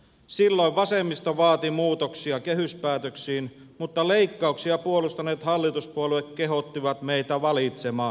silloin vasemmisto vaati muutoksia kehyspäätöksiin mutta leikkauksia puolustaneet hallituspuolueet kehottivat meitä valitsemaan